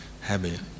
habit